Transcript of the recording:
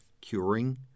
curing